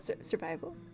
Survival